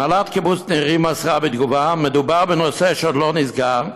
הנהלת קיבוץ נירים מסרה בתגובה: מדובר בנושא שעוד לא נסגר,